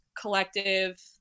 collective